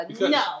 No